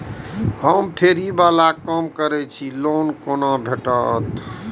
हम फैरी बाला काम करै छी लोन कैना भेटते?